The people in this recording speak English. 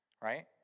right